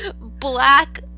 black